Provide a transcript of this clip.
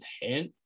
hint